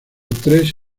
tres